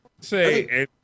say